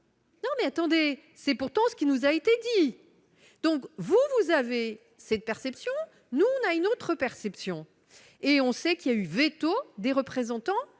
Non mais attendez, c'est pourtant ce qui nous a été dit, donc vous, vous avez cette perception, nous on a une autre perception et on sait qu'il y a eu véto des représentants